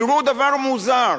תראו דבר מוזר: